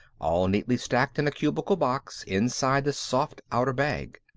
all neatly stacked in a cubical box inside the soft outer bag.